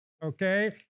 Okay